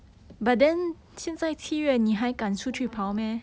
oh my god